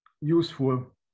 useful